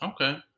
Okay